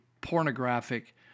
pornographic